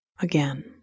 again